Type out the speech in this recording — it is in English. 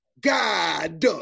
god